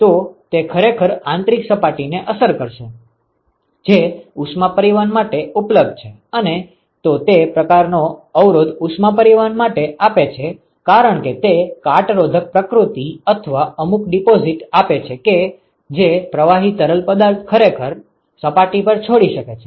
તો તે ખરેખર આંતરીક સપાટીને અસર કરશે જે ઉષ્મા પરિવહન માટે ઉપલબ્ધ છે અને તો તે પ્રકારનો અવરોધ ઉષ્મા પરિવહન માટે આપે છે કારણ કે તે કાટરોધક પ્રકૃતિ અથવા અમુક ડીપોઝીટ આપે છે કે જે પ્રવાહી તરલ પદાર્થ ખરેખર સપાટી પર છોડી શકે છે